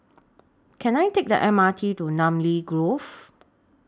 Can I Take The M R T to Namly Grove